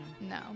No